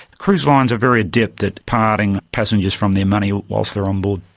cruise lines are very adept at parting passengers from their money whilst they're on board.